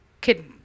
kid